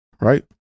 right